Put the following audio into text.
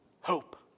hope